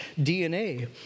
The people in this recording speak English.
DNA